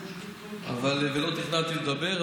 ולא תכננתי לדבר,